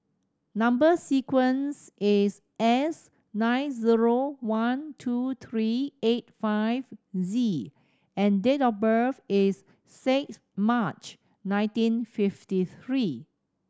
number sequence is S nine zero one two three eight five Z and date of birth is six March nineteen fifty three